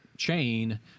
Chain